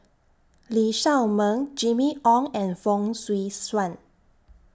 Lee Shao Meng Jimmy Ong and Fong Swee Suan